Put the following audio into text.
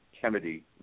Kennedy